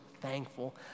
thankful